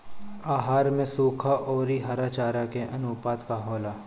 आहार में सुखा औरी हरा चारा के आनुपात का होला?